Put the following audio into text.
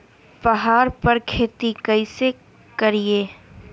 पहाड़ पर खेती कैसे करीये?